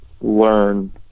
learn